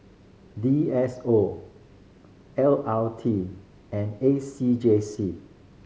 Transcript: D S O L R T and A C J C